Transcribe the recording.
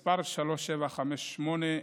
מס' 3758,